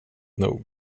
nog